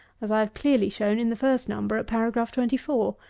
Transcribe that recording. as i have clearly shown in the first number, at paragraph twenty four.